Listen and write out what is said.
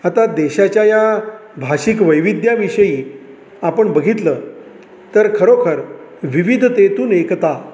आता देशाच्या या भाषिक वैविध्याविषयी आपण बघितलं तर खरोखर विविधतेतून एकता